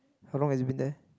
how long has it been there